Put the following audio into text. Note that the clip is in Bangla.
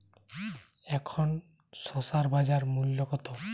এখন শসার বাজার মূল্য কত?